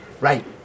Right